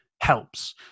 helps